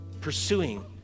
pursuing